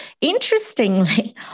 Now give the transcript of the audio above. interestingly